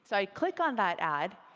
so click on that ad,